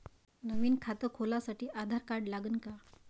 नवीन खात खोलासाठी आधार कार्ड लागन का?